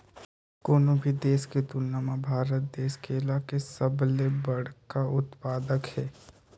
कोनो भी देश के तुलना म भारत देश केला के सबले बड़खा उत्पादक हे